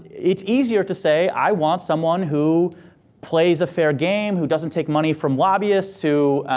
it's easier to say, i want someone who plays a fair game, who doesn't take money from lobbyists, who